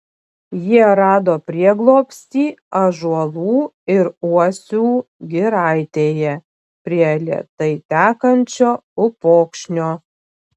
jie rado prieglobstį ąžuolų ir uosių giraitėje prie lėtai tekančio upokšnio